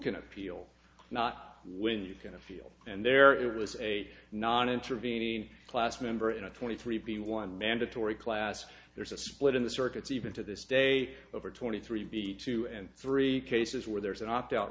can appeal not when you can feel and there is a non intervening class member in a twenty three b one mandatory class there's a split in the circuits even to this day over twenty three b two and three cases where there is an opt out